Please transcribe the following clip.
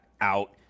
out